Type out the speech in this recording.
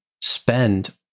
spend